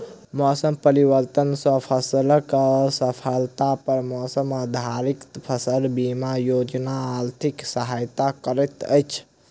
मौसम परिवर्तन सॅ फसिल असफलता पर मौसम आधारित फसल बीमा योजना आर्थिक सहायता करैत अछि